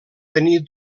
tenir